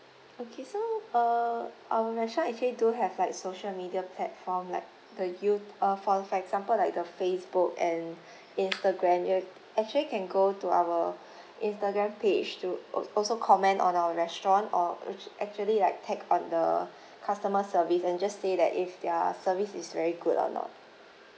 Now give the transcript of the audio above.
okay so uh our restaurant actually do have like social media platform like the you~ uh for for example like the facebook and instagram you actually can go to our instagram page to al~ also comment on our restaurant or actua~ actually like tag on the customer service and just say that if their service is very good or not